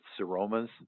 seromas